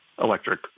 electric